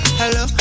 hello